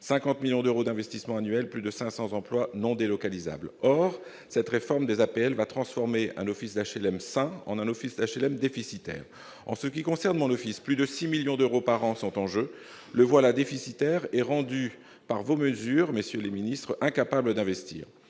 50 millions d'euros d'investissements annuels, plus de 500 emplois non délocalisables. Or la réforme des APL va transformer un office d'HLM sain en un office d'HLM déficitaire. En ce qui concerne mon office, plus de 6 millions d'euros par an sont en jeu. Le voilà déficitaire et rendu par vos mesures, monsieur le ministre, monsieur le secrétaire